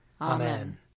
Amen